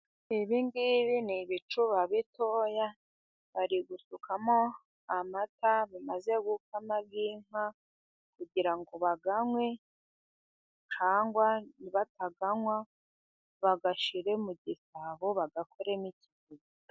Ibi ngibi ni ibicuba bitoya， bari gusukamo amata bamaze gukama y’inka，kugira ngo bayanywe， cyangwa ni batayanywa， bayashyire mu gisabo， bayakoremo ikivuguto.